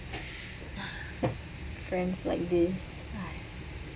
friends like this !aiya!